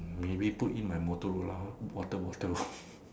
maybe put in my Motorola water bottle lor